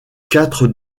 quatre